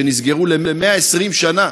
שנסגרו ל-120 שנה,